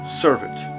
servant